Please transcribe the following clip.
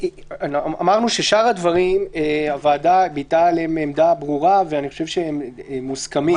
אמרנו שעל שאר הדברים הוועדה ביטאה עמדה ברורה ואני חושב שהם מוסכמים.